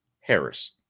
Harris